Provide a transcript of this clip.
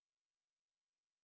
oh no